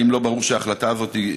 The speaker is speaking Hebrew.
האם לא ברור שההחלטה הזאת היא,